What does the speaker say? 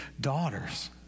daughters